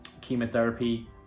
chemotherapy